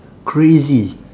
crazy